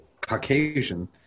caucasian